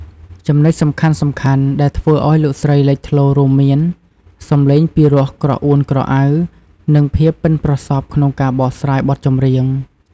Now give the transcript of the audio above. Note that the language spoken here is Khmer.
ចំណុចសំខាន់ៗដែលធ្វើឱ្យលោកស្រីលេចធ្លោរួមមាន សំឡេងពីរោះក្រអួនក្រអៅ និងភាពបុិនប្រសព្វក្នុងការបកស្រាយបទចម្រៀង។